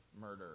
murder